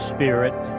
Spirit